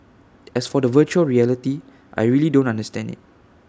as for the Virtual Reality I don't really understand IT